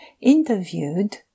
interviewed